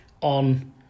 on